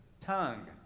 tongue